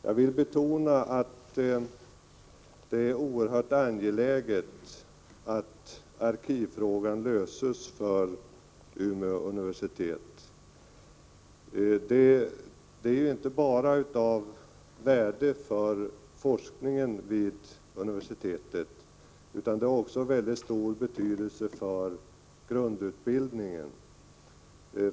Jag vill betona att det är oerhört angeläget att arkivfrågan löses för Umeå universitet. Det är ju inte bara av värde för forskningen vid universitetet, utan har också stor betydelse för grundutbildningen.